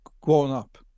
grown-up